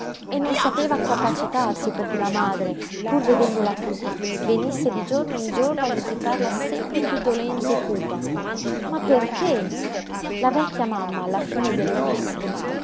e non sapeva capacitarsi perché la madre pur vedendola cosí venisse di giorno in giorno a visitarla sempre piú dolente e cupa ma perché la vecchia mamma alla fine glielo